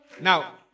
Now